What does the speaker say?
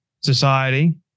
society